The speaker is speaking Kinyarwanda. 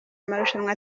amarushanwa